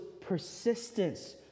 persistence